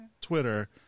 Twitter